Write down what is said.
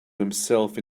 himself